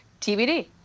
TBD